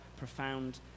Profound